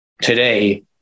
today